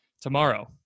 tomorrow